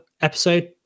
episode